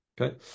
Okay